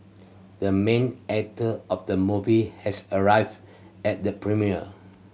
the main actor of the movie has arrived at the premiere